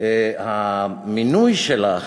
שהמינוי שלך